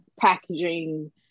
packaging